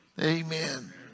Amen